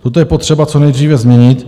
Toto je potřeba co nejdříve změnit.